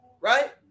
Right